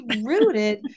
rooted